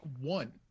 one